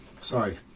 Sorry